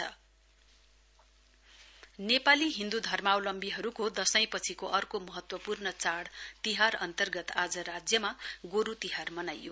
festival Nepali Hindu धर्मावलम्बीहरुको दशैपखिको अर्को महत्वपूर्ण चाइ तिहार अन्तर्गत आज राज्यमा गोरु तिहार मनाइयो